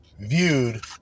viewed